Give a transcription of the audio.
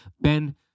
Ben